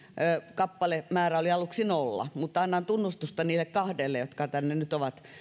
kappalemäärä oli aluksi nolla mutta annan tunnustusta niille kahdelle jotka tänne nyt ovat